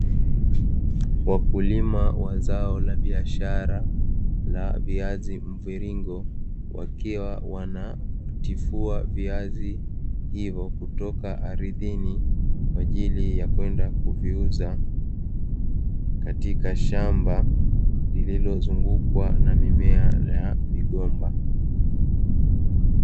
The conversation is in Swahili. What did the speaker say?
Wakulima wa zao la biashara la viazi mviringo wakiwa wanatifua viazi hivyo kutoka ardhini kwajili ya kwenda kuviuza katika shamba lililozungukwa na mimea la migomba.